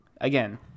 Again